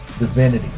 divinity